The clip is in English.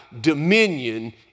dominion